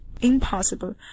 impossible